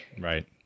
Right